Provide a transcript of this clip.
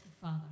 Father